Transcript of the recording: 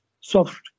soft